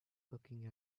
looking